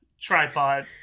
Tripod